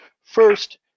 First